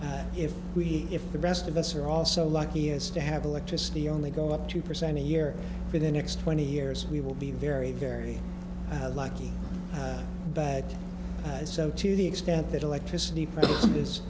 year if we if the rest of us are also lucky as to have electricity only go up two percent a year for the next twenty years we will be very very lucky bad guys so to the extent that electricity